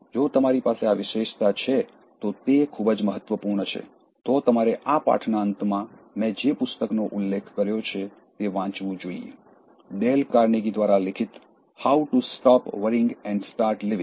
જો તમારી પાસે આ વિશેષતા છે તો તે ખૂબ જ મહત્વપૂર્ણ છે તો તમારે આ પાઠના અંતમાં મેં જે પુસ્તકનો ઉલ્લેખ કર્યો છે તે વાંચવું જોઈએ ડેલ કાર્નેગી દ્વારા લિખિત how to stop worrying and start living